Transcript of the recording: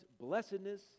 blessedness